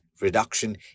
reduction